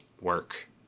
work